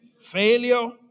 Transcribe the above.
failure